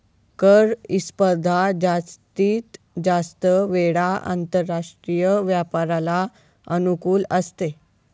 कर स्पर्धा जास्तीत जास्त वेळा आंतरराष्ट्रीय व्यापाराला अनुकूल असते